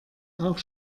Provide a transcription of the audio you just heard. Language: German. auch